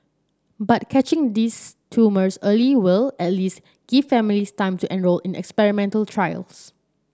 but catching these tumours early will at least give families time to enrol in experimental trials